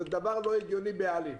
זה דבר לא הגיוני בעליל.